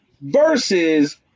Versus